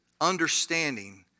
understanding